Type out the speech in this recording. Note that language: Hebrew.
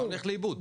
אתה הולך לאיבוד.